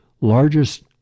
largest